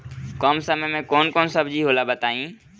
कम समय में कौन कौन सब्जी होला बताई?